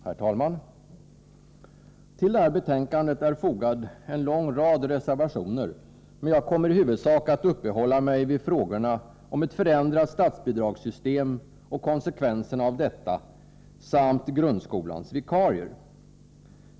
Herr talman! Till det här betänkandet har fogats en lång rad reservationer, men jag kommer i huvudsak att uppehålla mig vid frågorna om ett förändrat statsbidragssystem och konsekvenserna av detta samt grundskolans vikarier.